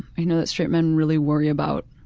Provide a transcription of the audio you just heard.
i know that straight men really worry about